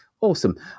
Awesome